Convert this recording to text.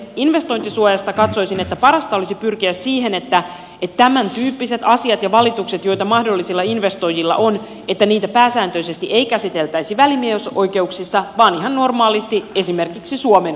investointisuojasta katsoisin että parasta olisi pyrkiä siihen että tämäntyyppisiä asioita ja valituksia joita mahdollisilla investoijilla on ei pääsääntöisesti käsiteltäisi välimiesoikeuksissa vaan ihan normaalisti esimerkiksi suomen oikeuslaitoksessa